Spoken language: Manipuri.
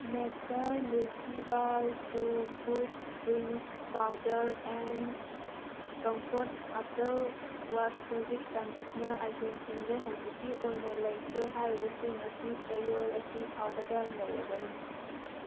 ꯅꯦꯁꯇꯜ ꯃꯤꯜꯀꯤꯕꯥꯔ ꯆꯨꯕꯨꯁ drink powder and Comfort after wash fabric conditioner ꯑꯥꯏꯇꯦꯝꯁꯤꯡꯗꯨ ꯍꯧꯖꯤꯛꯀꯤ ꯑꯣꯏꯅ ꯂꯩꯇ꯭ꯔꯦ ꯍꯥꯏꯔꯤꯕꯁꯤꯡ ꯑꯁꯤ ꯆꯌꯣꯜ ꯑꯁꯤ ꯐꯥꯎꯕꯗ ꯂꯩꯔꯒꯅꯤ